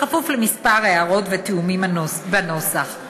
בכפוף לכמה הערות ותיאומים בנוסח.